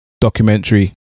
documentary